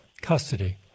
custody